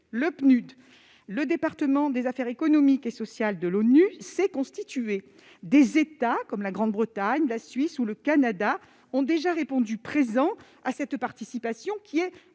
le PNUD et le département des affaires économiques et sociales de l'ONU s'est constitué ; des États comme la Grande-Bretagne, la Suisse ou le Canada ont déjà répondu présents à cette participation, sur la